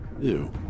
Ew